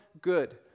good